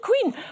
queen